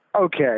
Okay